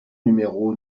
numéro